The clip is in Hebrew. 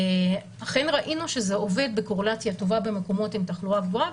אכן ראינו שזה עובד בקורלציה טובה במקומות עם תחלואה גבוהה,